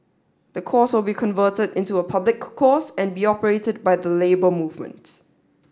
the course will be converted into a public course and be operated by the Labour Movement